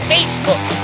Facebook